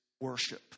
worship